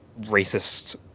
racist